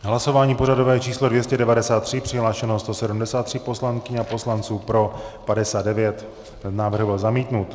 V hlasování pořadové číslo 293 přihlášeno 173 poslankyň a poslanců, pro 59, návrh byl zamítnut.